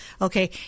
Okay